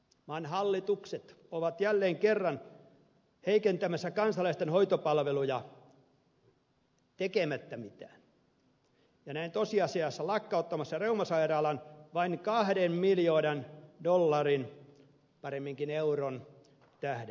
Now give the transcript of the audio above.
maan hallitukset ovat jälleen kerran heikentämässä kansalaisten hoitopalveluja tekemättä mitään ja näin tosiasiassa lakkauttamassa reumasairaalan vain kahden miljoonan euron tähden